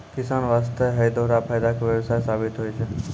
किसान वास्तॅ है दोहरा फायदा के व्यवसाय साबित होय छै